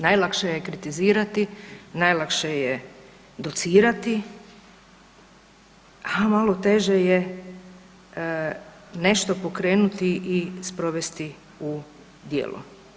Najlakše je kritizirati, najlakše je docirati, a malo teže je nešto pokrenuti i sprovesti u djelo.